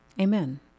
Amen